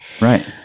Right